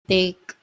take